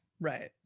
right